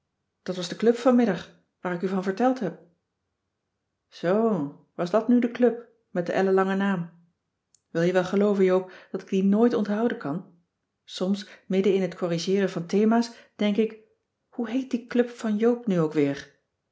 dat was de club vanmiddag waar ik u van verteld heb zoo was dat nu de club met den ellenlangen naam wil je wel gelooven joop dat ik dien nooit onthouden kan soms middenin het corrigeeren van thema's denk ik hoe heet die club van joop nu ook weer